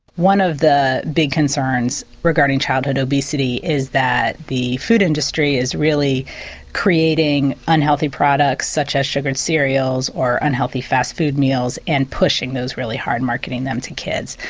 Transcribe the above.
one of the big concerns regarding childhood obesity is that the food industry is really creating unhealthy products such as sugared cereals or unhealthy fast food meals and pushing those really hard and marketing them to kids.